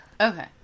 Okay